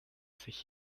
sich